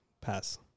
pass